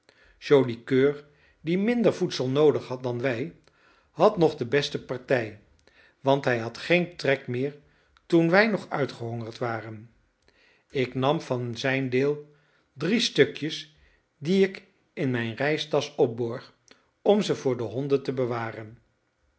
joli coeur die minder voedsel noodig had dan wij had nog de beste partij want hij had geen trek meer toen wij nog uitgehongerd waren ik nam van zijn deel drie stukjes die ik in mijn reistasch opborg om ze voor de honden te bewaren